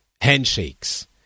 handshakes